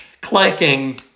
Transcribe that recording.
clicking